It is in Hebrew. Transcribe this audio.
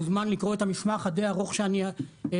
מוזמן לקרוא את המסמך הארוך שאני הכנתי,